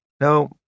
No